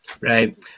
Right